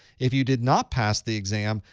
if you did not pass the exam,